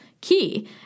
key